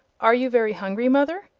are you very hungry, mother?